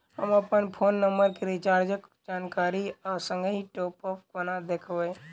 हम अप्पन phone number केँ रिचार्जक जानकारी आ संगहि टॉप अप कोना देखबै?